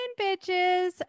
bitches